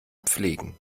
pflegen